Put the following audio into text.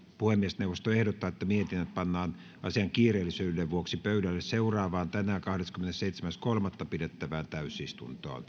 puhemiesneuvosto ehdottaa että mietintö pannaan asian kiireellisyyden vuoksi pöydälle seuraavaan tänään kahdeskymmenesseitsemäs kolmatta kaksituhattakaksikymmentä pidettävään täysistuntoon